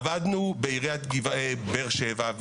עבדנו בעיריית באר שבע,